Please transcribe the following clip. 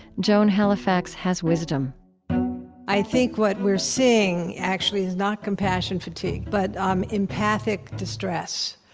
joan halifax has wisdom i think what we're seeing actually is not compassion fatigue, but um empathic distress,